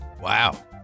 Wow